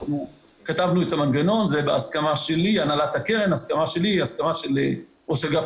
אנחנו כתבנו את המנגנון בהסכמת הקרן, ראש אג"ת